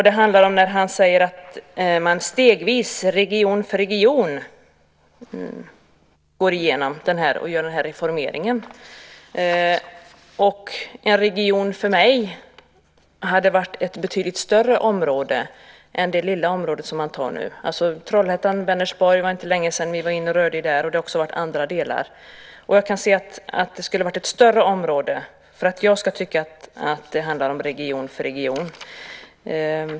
Det handlar om att han säger att man stegvis, region för region, går igenom och gör den här reformeringen. En region för mig hade varit ett betydligt större område än det lilla område som man tar nu. Det var inte länge sedan man var inne och rörde i Trollhättan och Vänersborg, och det har också varit andra delar. Det skulle ha varit ett större område för att jag ska tycka att det handlar om att göra detta region för region.